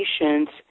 patients